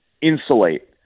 insulate